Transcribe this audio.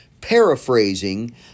paraphrasing